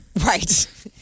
Right